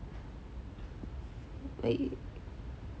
like